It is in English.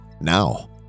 now